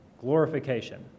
glorification